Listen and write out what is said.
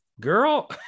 girl